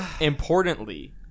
importantly